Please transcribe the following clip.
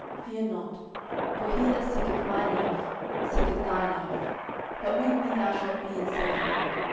fear not for he that seeketh my life seeketh thy life but with me thou shalt be in safeguard.